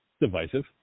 Divisive